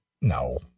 No